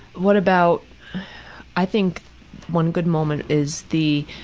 what about i think one good moment is the.